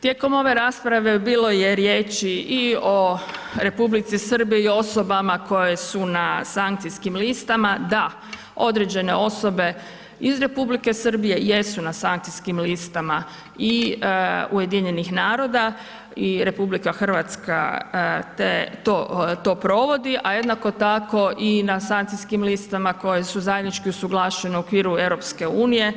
Tijekom ove rasprave bilo je riječi i o R. Srbiji, osobama koje su na sankcijskim listama, da, određene osobe iz R. Srbije jesu na sankcijskim listama i UN-a i RH te to provodi, a jednako tako, i na sankcijskim listama koje su zajednički usuglašene u okviru EU.